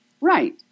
Right